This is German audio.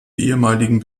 ehemaligen